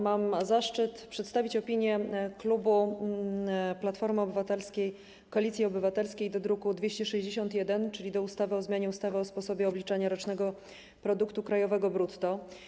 Mam zaszczyt przedstawić opinię klubu Platformy Obywatelskiej - Koalicji Obywatelskiej w sprawie druku nr 261, czyli ustawy o zmianie ustawy o sposobie obliczania rocznego produktu krajowego brutto.